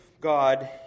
God